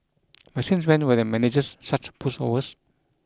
but since when were the managers such pushovers